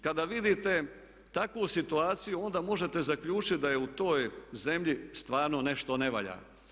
Kada vidite takvu situaciju onda možete zaključiti da u toj zemlji stvarno nešto ne valja.